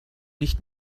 nicht